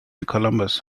columbus